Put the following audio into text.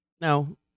no